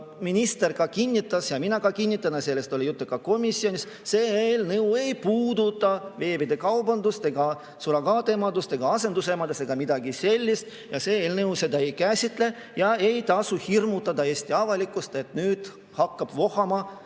minister kinnitas ja ka mina kinnitan, et sellest oli juttu ka komisjonis ja see eelnõu ei puuduta beebikaubandust ega surrogaatemadust ega asendusemadust – mitte midagi sellist. See eelnõu seda ei käsitle ja ei tasu hirmutada Eesti avalikkust, et nüüd hakkab vohama